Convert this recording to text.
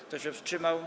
Kto się wstrzymał?